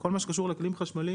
כל מה שקשור לכלים חשמליים,